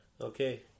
Okay